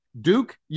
Duke